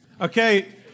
Okay